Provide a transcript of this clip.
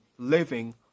living